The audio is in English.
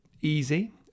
easy